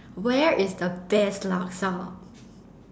where is the best laksa